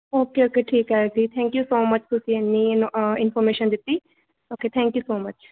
okay okay ਠੀਕ ਹੈ ਜੀ ਥੈਂਕ ਯੂ ਸੋ ਮੱਚ ਤੁਸੀਂ ਇੰਨੀ ਇਨ ਅ ਇਨਫੋਰਮੇਸ਼ਨ ਦਿੱਤੀ okay thank you so much